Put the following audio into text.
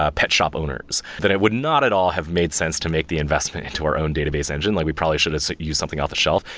ah pet shop owners, then it would not at all have made sense to make the investment into our own database engine. like we probably should have used something off the shelf,